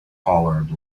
hollered